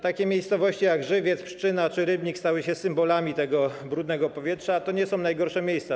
Takie miejscowości jak Żywiec, Pszczyna czy Rybnik stały się symbolami tego brudnego powietrza, a to nie są najgorsze miejsca.